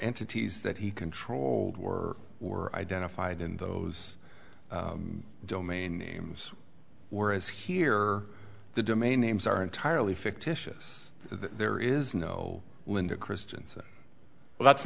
entities that he controlled were were identified in those domain names whereas here the domain names are entirely fictitious there is no linda christiansen well that's